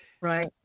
Right